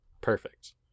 perfect